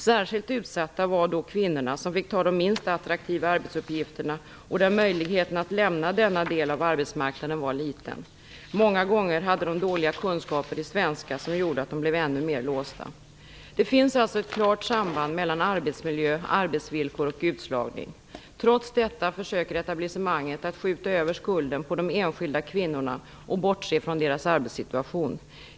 Särskilt utsatta var kvinnorna, som fick ta de minst attraktiva arbetsuppgifterna, där möjligheten att lämna denna del av arbetsmarknaden var liten. Många gånger hade de dåliga kunskaper i svenska som gjorde att de blev ännu mer låsta. Det finns alltså ett klart samband mellan arbetsmiljö, arbetsvillkor och utslagning. Trots detta försöker etablissemanget att skjuta över skulden på de enskilda kvinnorna och bortse från deras arbetssituation.